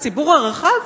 הציבור הרחב,